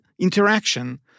interaction